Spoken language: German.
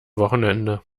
wochenende